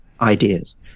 ideas